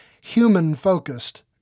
human-focused